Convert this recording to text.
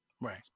Right